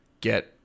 get